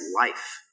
life